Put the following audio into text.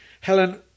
Helen